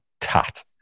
tat